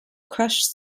crushed